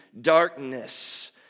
darkness